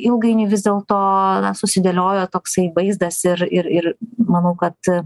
ilgainiui vis dėlto susidėliojo toksai vaizdas ir ir ir manau kad